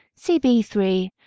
CB3